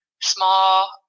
Small